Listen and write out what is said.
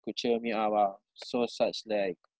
could cheer me up ah so such like